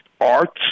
arts